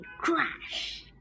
crash